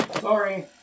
Sorry